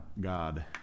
God